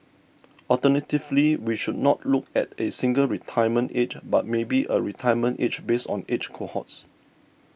alternatively we should not look at a single retirement age but maybe a retirement age based on age cohorts